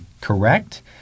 correct